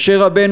משה רבנו,